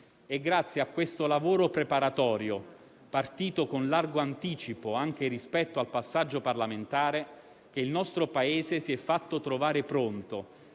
È grazie a questo lavoro preparatorio, partito con largo anticipo anche rispetto al passaggio parlamentare, che il nostro Paese si è fatto trovare pronto,